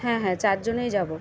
হ্যাঁ হ্যাঁ চার জনেই যাবো